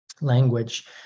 language